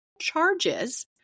charges